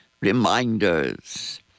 reminders